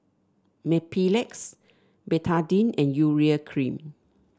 Mepilex Betadine and Urea Cream